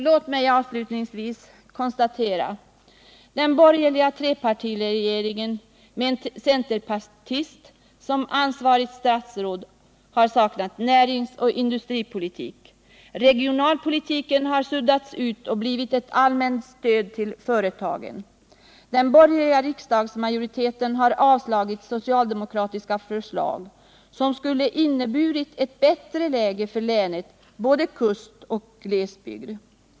Låt mig avslutningsvis konstatera: Den borgerliga trepartiregeringen, med en centerpartist som ansvarigt statsråd, har saknat näringsoch industripolitik. Regionalpolitiken har suddats ut och blivit ett allmänt stöd till företagen. Den borgerliga riksdagsmajoriteten har avslagit socialdemokratiska förslag, som skulle ha inneburit ett bättre läge för länets såväl kustsom glesbygd.